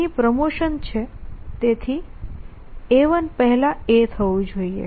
અહીં પ્રમોશન છે તેથી A1 પહેલાં A થવું જોઈએ